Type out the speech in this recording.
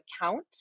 account